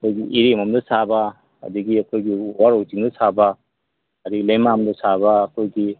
ꯑꯩꯈꯣꯏꯒꯤ ꯏꯔꯦꯡꯕꯝꯗ ꯁꯥꯕ ꯑꯗꯒꯤ ꯑꯩꯈꯣꯏꯒꯤ ꯋꯥꯔꯧ ꯆꯤꯡꯗ ꯁꯥꯕ ꯑꯗꯒꯤ ꯂꯩꯃꯔꯥꯝꯗ ꯁꯥꯕ ꯑꯩꯈꯣꯏꯒꯤ